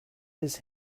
his